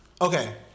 Okay